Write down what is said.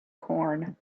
corn